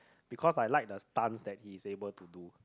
because I like the stunts that he's able to do